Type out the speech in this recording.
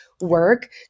work